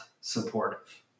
supportive